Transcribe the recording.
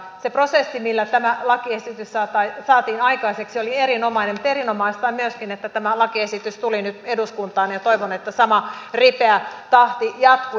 se prosessi millä tämä lakiesitys saatiin aikaiseksi oli erinomainen mutta erinomaista on myöskin että tämä lakiesitys tuli nyt eduskuntaan ja toivon että sama ripeä tahti jatkuu